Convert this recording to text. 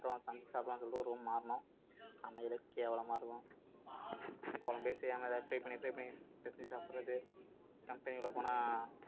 அப்புறம் சமச்சு சாப்பிட்லான்னு சொல்லிட்டு ஒரு ரூம் மாறினோம் சமையலே கேவலமாக இருக்கும் குழம்பே செய்யாமல் ஏதாவது ட்ரை பண்ணி ட்ரை பண்ணி பிசஞ்சி சாப்பிட்றது கம்பெனிக்குள்ளே போனால்